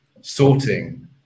sorting